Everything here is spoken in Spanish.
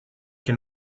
que